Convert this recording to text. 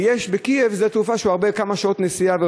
ויש בקייב שדה-תעופה שהוא במרחק כמה שעות נסיעה.